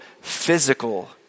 physical